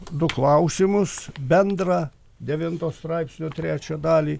du klausimus bendrą devinto straipsnio trečią dalį